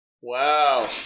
wow